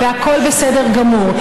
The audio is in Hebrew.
והכול בסדר גמור,